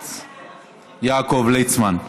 הכנסת יעקב ליצמן.